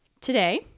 Today